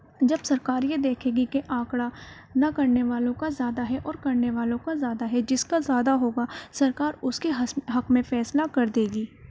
جب سرکار یہ دیکھے گی کہ آنکڑا نہ کرنے والوں کا زیادہ ہے اور کرنے والوں کا زیادہ ہے جس کا زیادہ ہوگا سرکار اس کے حق میں فیصلہ کر دے گی